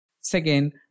Second